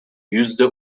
yüzde